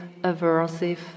aversive